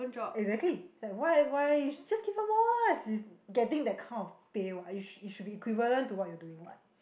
exactly like why why just give her more lah she's getting that kind of pay what it it should be equivalent to what you are doing what